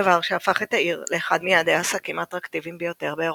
דבר שהפך את העיר לאחד מיעדי העסקים האטרקטיביים ביותר באירופה.